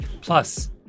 Plus